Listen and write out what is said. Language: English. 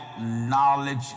knowledge